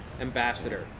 ambassador